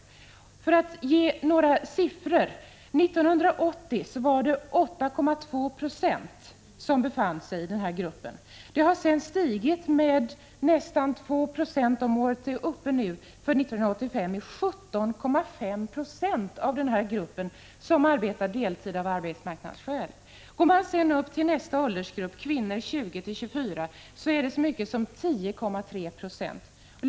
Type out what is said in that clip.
1985/86:155 Låt mig ge några siffror: 1980 var det 8,2 26 som befann sig i den här 29 maj 1986 gruppen. Den siffran har sedan stigit med nästan 2 96 om året och var för 1985 uppe i 17,5 Yo av denna åldersgrupp som arbetade deltid av arbetsmarka = P artiella nadsskäl. I nästa åldersgrupp, kvinnor mellan 20 och 24 år, är det så mycket EE öshetenför vinnor som 10,3 20.